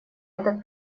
этот